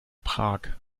prag